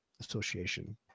association